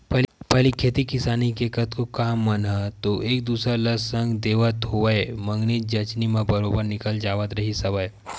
पहिली खेती किसानी के कतको काम मन ह तो एक दूसर ल संग देवत होवय मंगनी जचनी म बरोबर निकल जावत रिहिस हवय